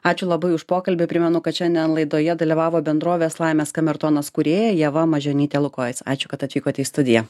ačiū labai už pokalbį primenu kad šiandien laidoje dalyvavo bendrovės laimės kamertonas kūrėja ieva mažionytė lukioc ačiū kad atvykote į studiją